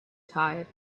tide